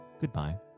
goodbye